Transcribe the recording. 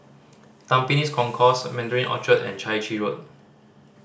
Tampines Concourse Mandarin Orchard and Chai Chee Road